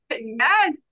Yes